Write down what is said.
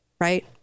right